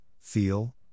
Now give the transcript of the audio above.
feel